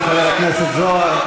חבר הכנסת זוהר.